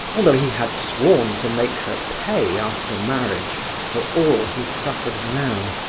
although he had sworn to make her pay after marriage for all he suffered now.